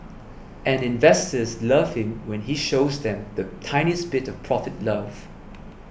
and investors love him when he shows them the tiniest bit of profit love